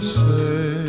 say